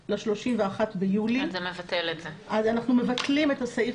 העסקים ועכשיו הדבר